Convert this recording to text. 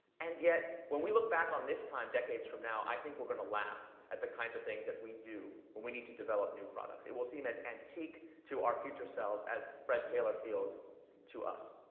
and yet, when we look back on this time, decades from now, i think we're gonna laugh at the kinds of things that we do when we need to develop new products. it will seem as antique to our future selves as fred taylor feels to us.